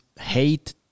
hate